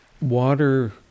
Water